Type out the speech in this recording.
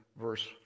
verse